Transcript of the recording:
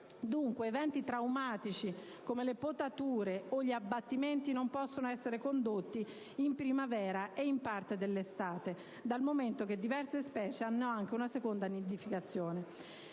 Dunque, eventi traumatici come le potature o gli abbattimenti non possono essere condotti in primavera e in parte dell'estate, dal momento che diverse specie hanno anche una seconda nidificazione.